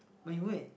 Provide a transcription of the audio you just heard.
when you go and